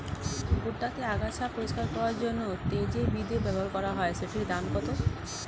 ভুট্টা তে আগাছা পরিষ্কার করার জন্য তে যে বিদে ব্যবহার করা হয় সেটির দাম কত?